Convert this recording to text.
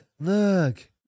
look